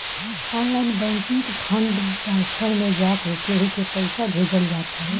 online banking में fund transfer में जाके केहू के पईसा भेजल जात हवे